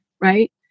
right